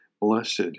blessed